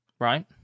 right